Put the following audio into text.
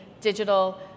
digital